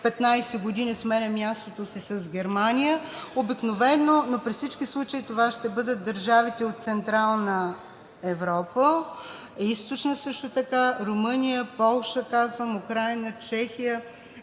15 години сменя мястото си с Германия обикновено, но при всички случаи това ще бъдат държавите от Централна и Източна Европа, също така Румъния, Полша, Украйна, Чехия,